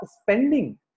spending